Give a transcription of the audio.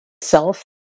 self